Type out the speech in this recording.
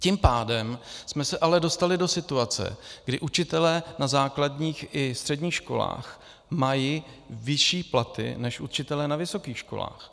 Tím pádem jsme se ale dostali do situace, kdy učitelé na základních i středních školách mají vyšší platy než učitelé na vysokých školách.